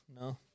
No